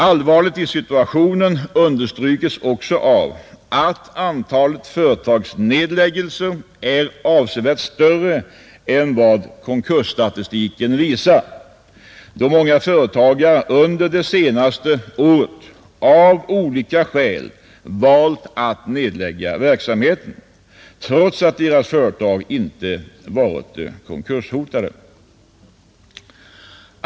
Allvaret i situationen understryks också av att antalet företagsnedläggelser är avsevärt större än vad konkursstatistiken visar, då många företagare under det senaste året av olika skäl valt att nedlägga verksamheten, trots att deras företag inte varit konkurshotade.